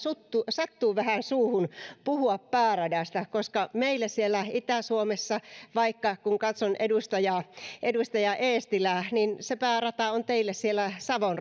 sattuu vähän suuhun puhua pääradasta koska minulle ja monelle muulle edustajalle päärata siellä itä suomessa on karjalan rata ja kun katson vaikka edustaja eestilää päärata on teille savon